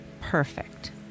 perfect